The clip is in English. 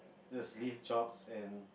just leave jobs and